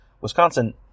Wisconsin